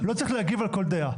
לא צריך להגיב על כל דעה.